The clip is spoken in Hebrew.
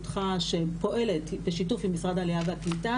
שפועלת בשיתוף משרד העלייה והקליטה,